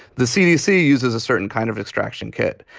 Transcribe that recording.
the cdc uses a certain kind of extraction kit.